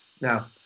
now